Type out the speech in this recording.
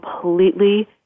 completely